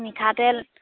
মিঠাতেল